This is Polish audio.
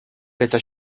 pyta